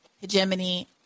hegemony